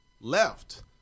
left